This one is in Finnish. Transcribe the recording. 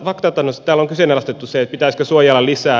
täällä on kyseenalaistettu se pitäisikö suojella lisää